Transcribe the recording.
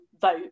vote